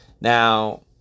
Now